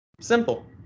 simple